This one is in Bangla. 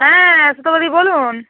হ্যাঁ সুতপা দি বলুন